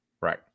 Right